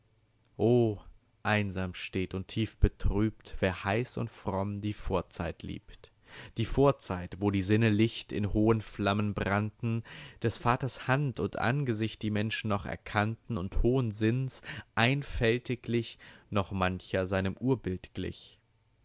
einsam steht und tiefbetrübt wer heiß und fromm die vorzeit liebt die vorzeit wo die sinne licht in hohen flammen brannten des vaters hand und angesicht die menschen noch erkannten und hohen sinns einfältiglich noch mancher seinem urbild glich